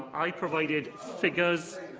i provided figures